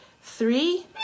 three